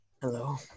Hello